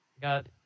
got